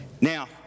Now